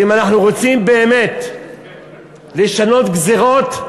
ואם אנחנו רוצים באמת לשנות גזירות,